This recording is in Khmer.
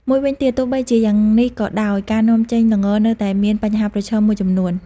មួយវិញទៀតទោះបីជាយ៉ាងនេះក៏ដោយ ការនាំចេញល្ងនៅតែមានបញ្ហាប្រឈមមួយចំនួន។